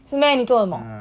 是 meh 你做什么